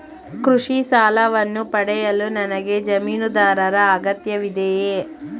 ಕೃಷಿ ಸಾಲವನ್ನು ಪಡೆಯಲು ನನಗೆ ಜಮೀನುದಾರರ ಅಗತ್ಯವಿದೆಯೇ?